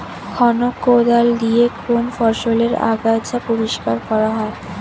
খনক কোদাল দিয়ে কোন ফসলের আগাছা পরিষ্কার করা হয়?